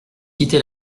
quitté